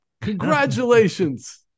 Congratulations